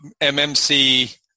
MMC